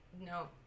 no